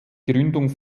gründung